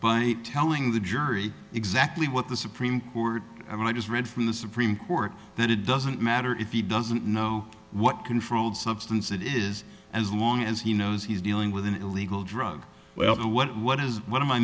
by telling the jury exactly what the supreme court i mean i just read from the supreme court that it doesn't matter if he doesn't know what controlled substance it is as long as he knows he's dealing with an illegal drug well what what is what am i